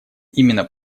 именно